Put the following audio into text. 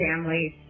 families